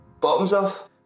bottoms-off